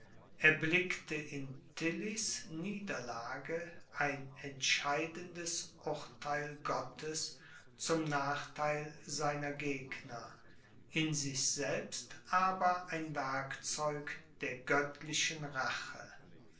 erblickte in tillys niederlage ein entscheidendes urtheil gottes zum nachtheil seiner gegner in sich selbst aber ein werkzeug der göttlichen rache